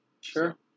Sure